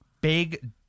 Big